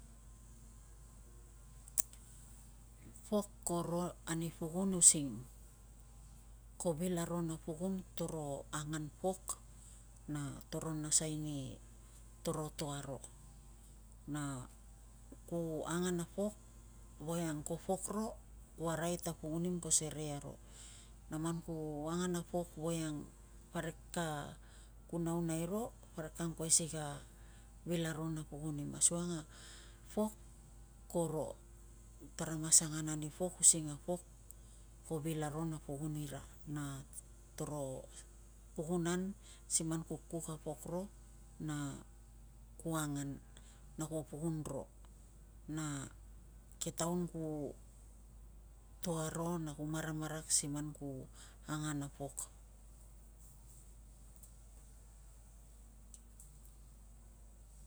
Pok koro ani pukun using ko aro na pukun toro angan pok na nasai ni toro ta aro. Na ku angan a pok voiang ko pok ro ku arai ta pukinim ko serei aro, na man ku angan a pok voiang parik ka kun aunai ro parik ka angkuai si ka vil aro na pukunim asukang a pok koro tara mas angan ani apok using ko vil aro na pukun ira na toro pukunan siman ku kuk a pok ro na ku angan na kuo pukun ro na ke taun ku to aro na ku maramarak si man ku angan a pok.